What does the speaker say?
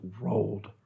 rolled